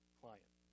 client